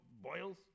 boils